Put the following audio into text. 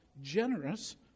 Generous